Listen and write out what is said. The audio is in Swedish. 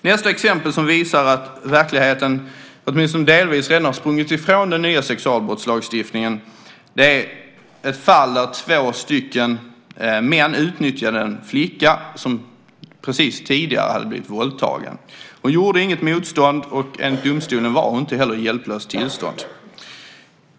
Nästa exempel som visar att verkligheten åtminstone delvis redan har sprungit ifrån den nya sexualbrottslagstiftningen är ett fall där två män utnyttjade en flicka som precis innan hade blivit våldtagen. Hon gjorde inget motstånd, och enligt domstolen var hon inte heller i ett hjälplöst tillstånd.